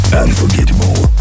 unforgettable